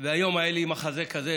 והיום היה לי מחזה כזה,